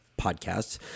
podcasts